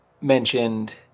mentioned